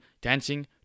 dancing